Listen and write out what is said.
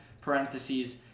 parentheses